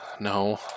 No